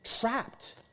trapped